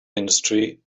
industry